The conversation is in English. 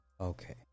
Okay